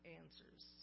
answers